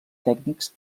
tècnics